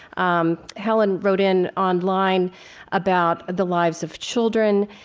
um helen wrote in online about the lives of children,